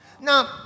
Now